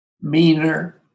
meaner